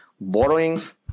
borrowings